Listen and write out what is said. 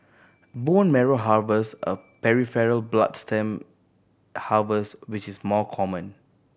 bone marrow harvest a peripheral blood stem harvest which is more common